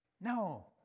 no